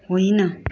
होइन